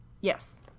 Yes